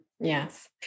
Yes